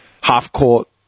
half-court